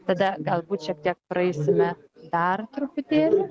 tada galbūt šiek tiek praeisime dar truputėlį